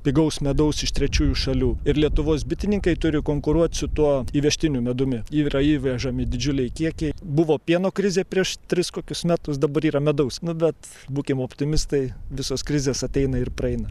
pigaus medaus iš trečiųjų šalių ir lietuvos bitininkai turi konkuruot su tuo įvežtiniu medumi yra įvežami didžiuliai kiekiai buvo pieno krizė prieš tris kokius metus dabar yra medaus nu bet būkim optimistai visos krizės ateina ir praeina